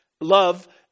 love